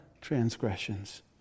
transgressions